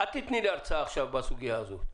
אל תיתני לי עכשיו הרצאה בסוגיה הזאת.